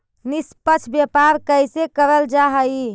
निष्पक्ष व्यापार कइसे करल जा हई